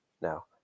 now